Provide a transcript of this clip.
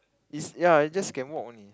is ya just can walk only